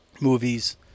movies